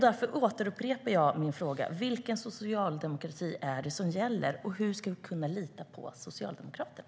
Jag upprepar därför min fråga: Vilken socialdemokrati är det som gäller, och hur ska vi kunna lita på Socialdemokraterna?